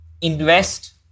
invest